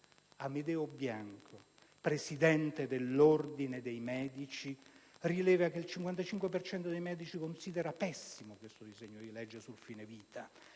Amedeo Bianco, presidente dell'ordine dei medici, rileva che il 55 per cento dei medici considera pessimo questo disegno di legge sul fine vita,